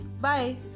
bye